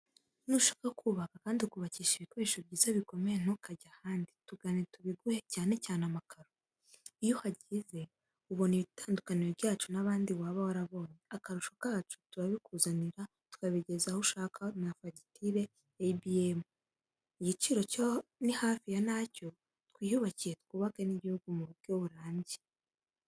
Nushaka kubaka kandi ukubakisha ibikoresho byiza bikomeye ntukajye ahandi. Tugane tubiguhe cyane cyane amakaro. Iyo uhageze ubona itandukaniro ryacu n'abandi waba warabonye. Akarusho kacu turabikuzanira tukabigeza aho ushaka na fagitire ya ibiyemu. Igiciro cyo ni hafi ya ntacyo, twiyubakire twubaka n'igihugu mu buryo burambye.